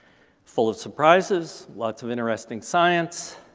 full of surprises. lots of interesting science.